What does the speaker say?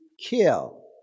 kill